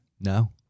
No